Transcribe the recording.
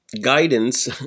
guidance